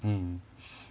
mm